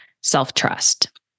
self-trust